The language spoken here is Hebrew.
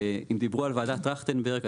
ואם דיברו על וועדת טרכטנברג,